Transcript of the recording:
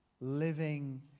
living